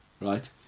right